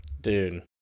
Dude